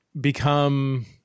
become